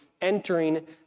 entering